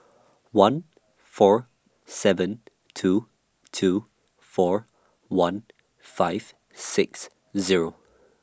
one four seven two two four one five six Zero